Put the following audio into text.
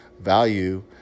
value